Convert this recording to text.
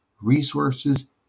resources